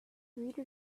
reader